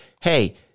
Hey